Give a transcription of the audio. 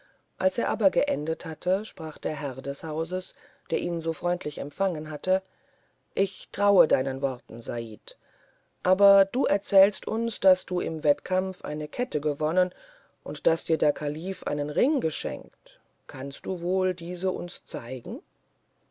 als er aber geendet hatte sprach der herr des hauses der ihn so freundlich empfangen hatte ich traue deinen worten said aber du erzähltest uns daß du im wettkampf eine kette gewonnen und daß dir der kalif einen ring geschenkt kannst du wohl diese uns zeigen